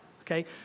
okay